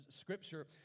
scripture